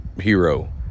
hero